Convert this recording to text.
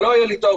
ולא היה לי תואר.